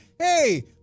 hey